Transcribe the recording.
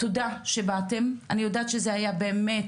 תודה שבאתם, אני יודעת שזה היה באמת